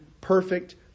perfect